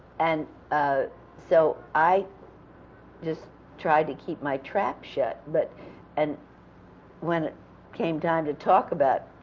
and ah so i just tried to keep my trap shut, but and when it came time to talk about,